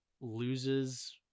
loses